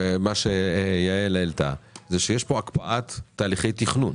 ויעל העלתה הקפאת הליכי תכנון.